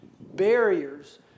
barriers